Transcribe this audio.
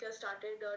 started